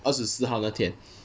二十四号那天